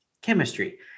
chemistry